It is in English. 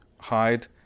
Hide